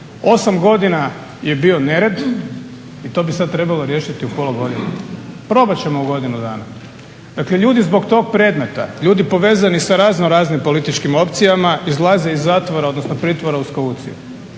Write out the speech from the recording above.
Osam godina je bio nered i to bi sad trebalo riješiti u pola godine? Probat ćemo u godinu dana. Dakle ljudi zbog tog predmeta, ljudi povezani sa raznoraznim političkim opcijama izlaze iz zatvora, odnosno pritvora uz kauciju.